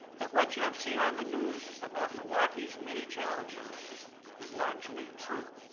that what you have seen on the news about milwaukee's many challenges is largely true,